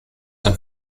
and